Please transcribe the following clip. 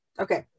Okay